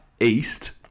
east